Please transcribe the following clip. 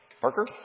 Parker